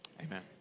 Amen